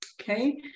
okay